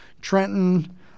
Trenton